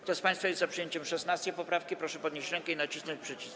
Kto z państwa jest za przyjęciem 16. poprawki, proszę podnieść rękę i nacisnąć przycisk.